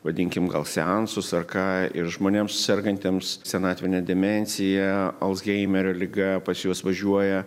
vadinkim gal seansus ar ką ir žmonėms sergantiems senatvine demencija alzheimerio liga pas juos važiuoja